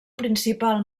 principal